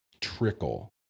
trickle